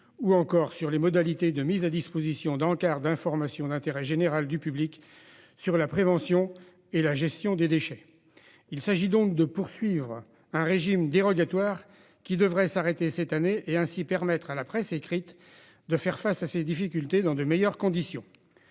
ou encore les modalités de mise à disposition d'encarts d'information d'intérêt général du public sur la prévention et la gestion des déchets. Il s'agit donc de poursuivre un régime dérogatoire qui devait s'arrêter cette année et ainsi permettre à la presse écrite de faire face à ses difficultés dans de meilleures conditions.